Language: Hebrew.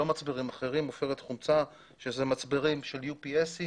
לא מצברים אחרים אלא עופרת חומצה שאלה מצברים של UPS,